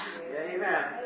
Amen